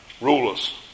rulers